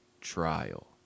trial